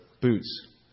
boots